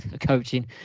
coaching